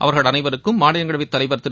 அவர்கள் அனைவருக்கும் மாநிலங்களவைத் தலைவர் திரு